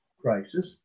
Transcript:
crisis